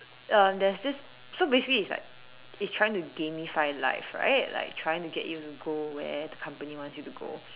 um there's this so basically it's like it's trying to gamify life right like trying to get you go where the company wants you to go